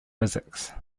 physics